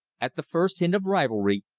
at the first hint of rivalry,